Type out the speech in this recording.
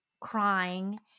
crying